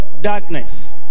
darkness